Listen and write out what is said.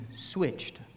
switched